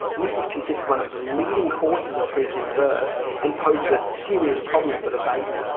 this is considered one of the leading causes of preterm birth and poses a serious problem for the baby.